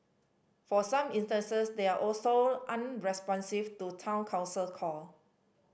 for some instances they are also unresponsive to Town Council call